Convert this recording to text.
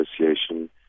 Association